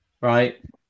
right